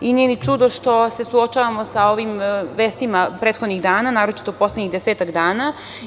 Nije ni čudo što se suočavamo sa ovim vestima prethodnih dana, naročito poslednjih desetak dana.